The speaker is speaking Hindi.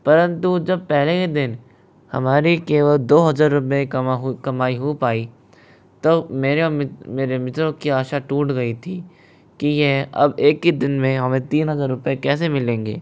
परन्तु जब पहले ही दिन हमारी केवल दो हज़ार रुपये कमा हुई कमाई हो पाई तब मेरे और मेरे मित्रों की आशा टूट गयी थी कि यह अब एक ही दिन में हमें तीन हज़ार रुपये कैसे मिलेंगे